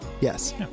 yes